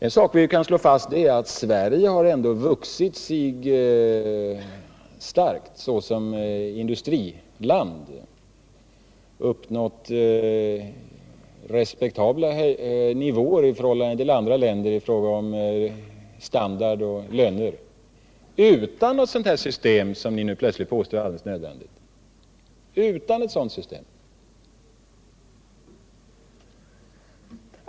En sak vi kan slå fast är att Sverige vuxit sig starkt såsom industriland och uppnått respektabla nivåer i förhållande till andra länder i fråga om standard och löner utan något sådant system som ni nu påstår är alldeles nödvändigt.